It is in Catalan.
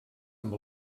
amb